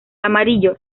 amarillo